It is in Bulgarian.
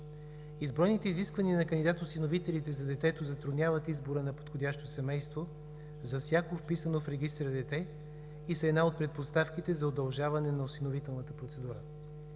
Изброените изисквания на кандидат-осиновителите за детето затрудняват избора на подходящо семейство за всяко вписано в регистъра дете и са една от предпоставките за удължаване на осиновителната процедура.